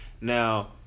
now